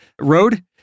road